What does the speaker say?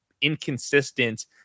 inconsistent